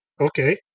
Okay